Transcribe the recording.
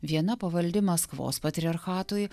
viena pavaldi maskvos patriarchatui